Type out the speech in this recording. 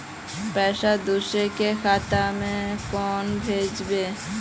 पैसा दूसरे के खाता में केना भेजबे?